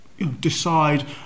Decide